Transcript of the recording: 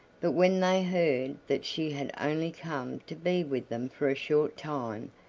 but when they heard that she had only come to be with them for a short time,